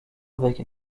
avec